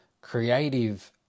creative